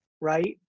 right